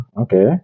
Okay